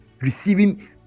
Receiving